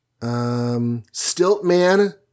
Stiltman